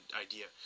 idea